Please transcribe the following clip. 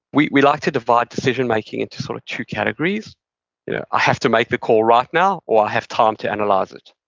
we we like to divide decision-making into sort of two categories you know i have to make the call right now, or i have time to analyze it.